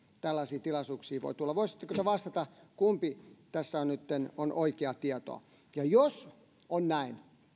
tällaisiin tilaisuuksiin voi tulla voisitteko te vastata kumpi tässä on nytten oikeaa tietoa jos on näin